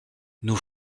nous